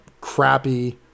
crappy